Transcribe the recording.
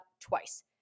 twice